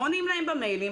לא עונים להם במיילים.